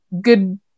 good